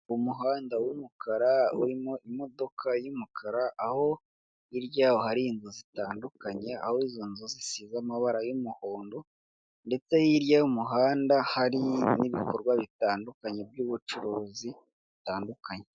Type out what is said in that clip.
Umuhanda w'umukara urimo imodoka y'umukara, aho hirya yaho hari inzu zitandukanye, aho izo nzu zisize amabara y'umuhondo, ndetse hirya y'umuhanda hari n'ibikorwa bitandukanye by'ubucuruzi butandukanye.